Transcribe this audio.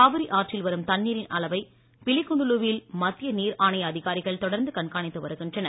காவிரி ஆற்றில் வரும் தண்ணீரின் அளவை பிலிகுண்டுலுவில் மத்திய நீர் ஆணைய அதிகாரிகள் தொடர்ந்து கண்காணித்து வருகின்றனர்